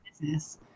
business